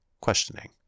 questioning